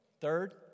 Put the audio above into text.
Third